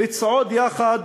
לצעוד יחד